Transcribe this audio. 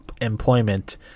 employment